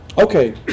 Okay